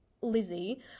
Lizzie